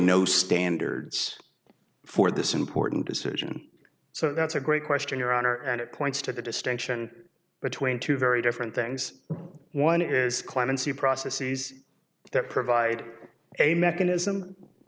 no standards for this important decision so that's a great question your honor and it points to the distinction between two very different things one is clemency processes that provide a mechanism